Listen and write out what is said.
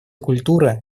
культура